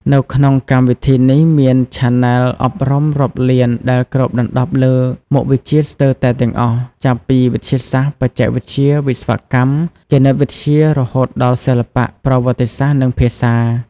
នៅក្នុងកម្មវិធីនេះមានឆានែលអប់រំរាប់លានដែលគ្របដណ្តប់លើមុខវិជ្ជាស្ទើរតែទាំងអស់ ចាប់ពីវិទ្យាសាស្ត្រ បច្ចេកវិទ្យា វិស្វកម្ម គណិតវិទ្យា រហូតដល់សិល្បៈ ប្រវត្តិសាស្ត្រ និងភាសា។